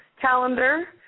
calendar